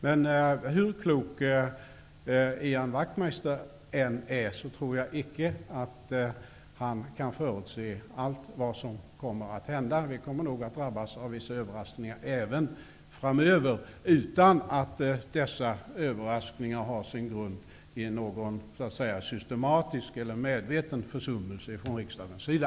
Men hur klok Ian Wachtmeister än är tror jag icke att han kan förutse allt som kan hända. Vi kommer nog att drabbas av överraskningar även framöver, utan att dessa överraskningar har sin grund i någon systematisk eller medveten försummelse från riksdagens sida.